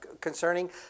concerning